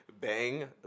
bang